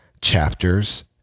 chapters